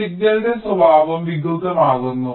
സിഗ്നലിന്റെ സ്വഭാവം വികൃതമാകുന്നു